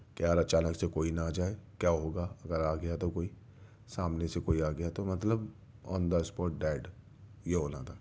کہ یار اچانک سے کوئی نہ آ جائے کیا ہوگا اگر آ گیا تو کوئی سامنے سے کوئی آ گیا تو مطلب آن دی اسپوٹ ڈیڈ یہ ہو رہا تھا